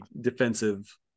defensive